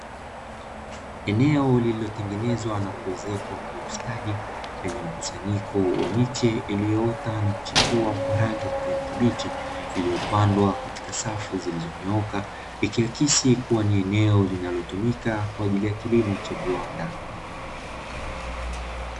Eneo lililotengenezwa na kuwezekwa kwa ustadi, lenye mkusanyiko wa miche iliyoota na kuchipua kwa rangi ya kijani kibichi, iliyopandwa katika safu zilizonyooka, ikiwa kesi kuwa ni eneo linalotumika kwa ajili ya kilimo cha viwanda.